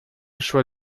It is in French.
choix